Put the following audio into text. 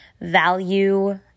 value